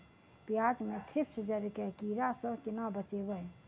प्याज मे थ्रिप्स जड़ केँ कीड़ा सँ केना बचेबै?